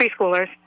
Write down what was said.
preschoolers